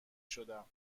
شدم